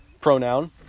pronoun